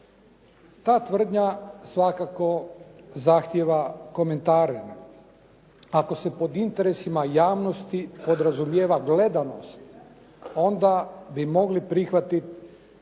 Ta tvrdnja svakako zahtijeva komentare. Ako se pod interesima javnosti podrazumijeva gledanost onda bi mogli prihvatiti